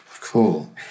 Cool